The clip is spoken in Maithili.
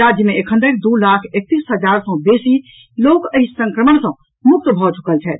राज्य मे एखन धरि दू लाख एकतीस हजार सँ बेसी लोक एहि संक्रमण सँ मुक्त भऽ चुकल छथि